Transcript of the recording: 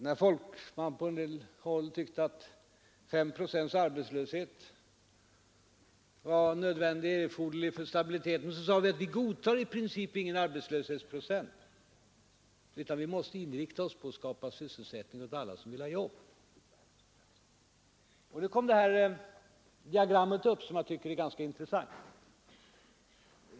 När man på en del håll tyckte att fem procents arbetslöshet var erforderlig för stabiliteten sade vi, att vi godtar i princip ingen arbetslöshetsprocent; vi måste inrikta oss på att skapa sysselsättning åt alla som vill ha jobb. Det diagram som jag nu visar på TV-skärmen tycker jag är ganska intressant.